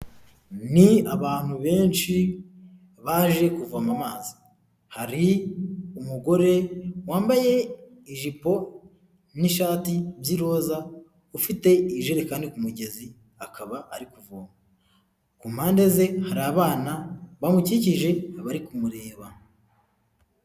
Ni abantu benshi, baje kuvoma amazi. Hari umugore wambaye ijipo n'ishati by'iroza, ufite ijerekani ku mugezi akaba ari kuvoma. Ku mpande ze hari abana bamukikije, bari kumureba.